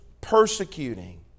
persecuting